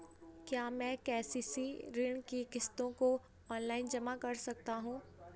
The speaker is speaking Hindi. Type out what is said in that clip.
क्या मैं के.सी.सी ऋण की किश्तों को ऑनलाइन जमा कर सकता हूँ?